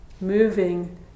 moving